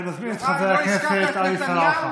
אני מזמין את חבר הכנסת עלי סלאלחה.